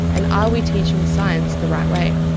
and are we teaching science the right way?